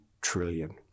trillion